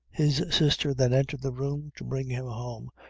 his sister then entered the room to bring him home,